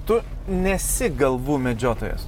tu nesi galvų medžiotojas